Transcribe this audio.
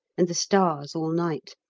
and the stars all night.